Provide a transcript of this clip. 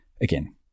Again